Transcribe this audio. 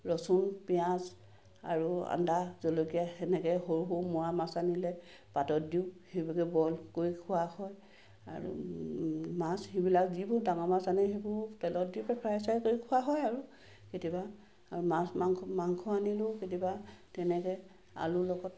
ৰচুন পিঁয়াজ আৰু আদা জলকীয়া সেনেকৈ সৰু সৰু মোৱা মাছ আনিলে পাতত দিওঁ সেইভাগে বইল কৰি খোৱা হয় আৰু মাছ সেইবিলাক যিবোৰ ডাঙৰ মাছ আনে সেইবোৰ তেলত দি পেলে ফ্ৰাই চাই কৰি খোৱা হয় আৰু কেতিয়াবা আৰু মাছ মাংস মাংস আনিলেও কেতিয়াবা তেনেকৈ আলু লগত